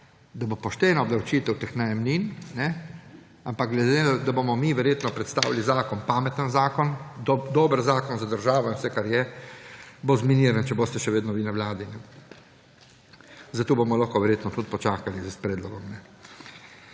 da bo poštena obdavčitev teh najemnin. Ampak glede na to, da bomo mi verjetno predstavili pameten zakon, dober zakon za državo in vse kar je, bo zminiran, če boste še vedno vi na vladi. Zato bomo verjetno tudi počakali s predlogom.